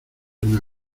una